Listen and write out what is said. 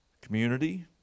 community